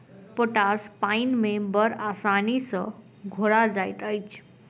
potash पाइन मे बड़ आसानी सॅ घोरा जाइत अछि